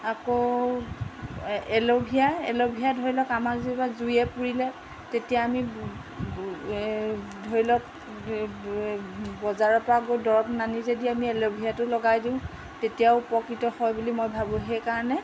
আকৌ aloe vera aloe vera ধৰি লওক আমাক যেনিবা জুয়ে পুৰিলে তেতিয়া আমি ধৰি লওক বজাৰৰ পৰা গৈ দৰৱ নানি যদি আমি এলোভেৰাটো লগাই দিওঁ তেতিয়াও উপকৃত হয় বুলি মই ভাবোঁ সেইকাৰণে